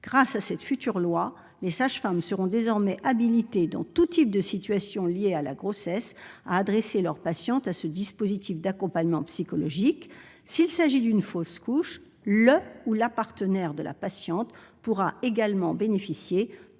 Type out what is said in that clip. Grâce à cette future loi, les sages-femmes seront désormais habilitées, dans tout type de situation liée à la grossesse, à adresser leurs patientes à ce dispositif d'accompagnement psychologique. S'il s'agit d'une fausse couche, le ou la partenaire de la patiente pourra également en bénéficier,